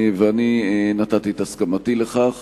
ואני נתתי את הסכמתי לכך.